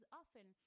often